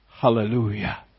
Hallelujah